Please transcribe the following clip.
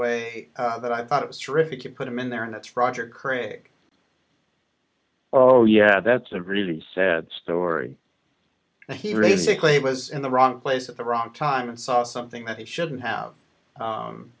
way that i thought was terrific you put him in there and that's roger craig oh yeah that's a really sad story and he really sickly was in the wrong place at the wrong time and saw something that he shouldn't have